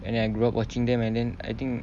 and I grow up watching them and then I think